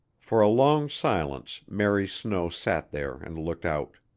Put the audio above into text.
for a long silence mary snow sat there and looked out.